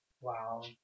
Wow